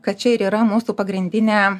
kad čia ir yra mūsų pagrindinė